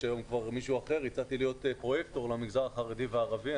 היום כבר מישהו אחר להיות פרוייקטור למגזר החרדי והערבי.